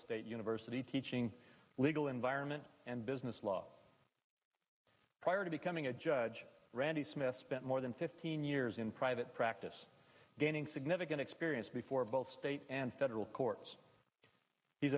state university teaching legal environment and business law prior to becoming a judge randy smith spent more than fifteen years in private practice gaining significant experience before both state and federal courts he's